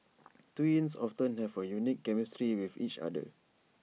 twins often have A unique chemistry with each other